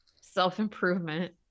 self-improvement